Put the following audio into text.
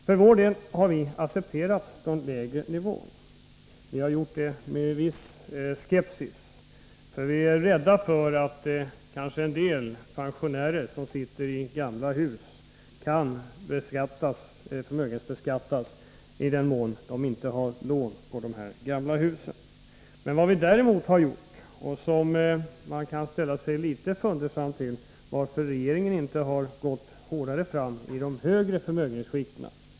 För vår del har vi accepterat den lägre nivån. Vi har gjort det med en viss skepsis, för vi är rädda för att en del pensionärer som sitter i gamla hus kanske kan få förmögenhetsskatt i den mån de inte har kvar lån på husen. Man kan däremot ställa sig litet fundersam till varför regeringen inte har gått hårdare fram i de högre förmögenhetsskikten.